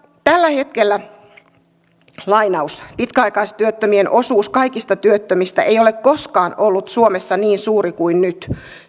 tällä hetkellä pitkäaikaistyöttömien osuus kaikista työttömistä ei ole koskaan ollut suomessa niin suuri kuin nyt